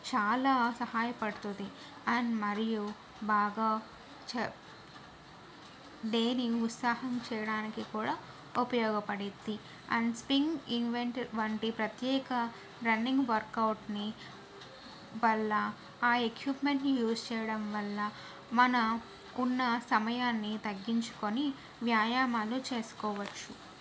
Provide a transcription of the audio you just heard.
చాలా సహాయపడుతుంది అండ్ మరియు బాగా చ డేని ఉత్సాహం చేయడానికి కూడా ఉపయోగపడిద్ది అండ్ స్ప్రింగ్ ఈవెంట్ వంటి ప్రత్యేక రన్నింగ్ వర్క్అవుట్ని వల్ల ఆ ఎక్విప్మెంట్ని యూజ్ చేయడం మన ఉన్న సమయాన్ని తగ్గించుకొని వ్యాయామాలు చేసుకోవచ్చు